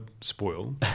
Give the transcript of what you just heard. spoil